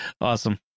Awesome